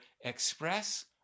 express